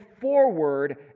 forward